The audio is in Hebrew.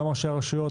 גם ראשי הרשויות,